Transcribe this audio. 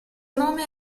nome